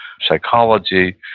psychology